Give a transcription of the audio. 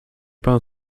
pan